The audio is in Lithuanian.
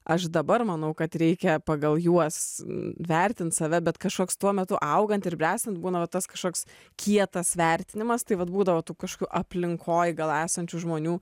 aš dabar manau kad reikia pagal juos vertint save bet kažkoks tuo metu augant ir bręstant būna va tas kažkoks kietas vertinimas tai vat būdavo tų kažkur aplinkoj gal esančių žmonių